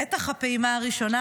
בטח הפעימה הראשונה,